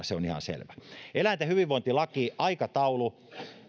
se on ihan selvä eläinten hyvinvointilaki aikataulu